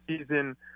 season